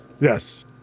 Yes